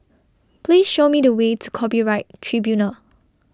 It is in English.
Please Show Me The Way to Copyright Tribunal